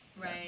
Right